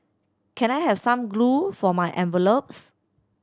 can I have some glue for my envelopes